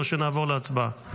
או שנעבור להצבעה.